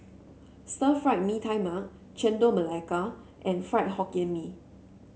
Stir Fried Mee Tai Mak Chendol Melaka and Fried Hokkien Mee